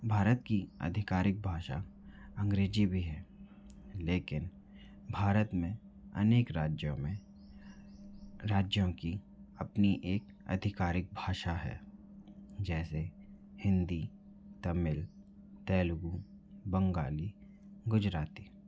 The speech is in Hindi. भारत की आधिकारिक भाषा अंग्रेज़ी भी है लेकिन भारत में अनेक राज्यों में राज्यों की अपनी एक आधिकारिक भाषा है जैसे हिंदी तमिल तेलुगु बंगाली गुजराती